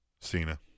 Cena